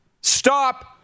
Stop